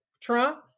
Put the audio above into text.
Trump